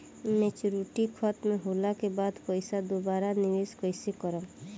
Maturity खतम होला के बाद पईसा दोबारा निवेश कइसे करेम?